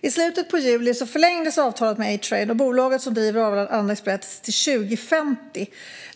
I slutet av juli förlängdes avtalet med A-Train, bolaget som driver Arlanda Express, till 2050.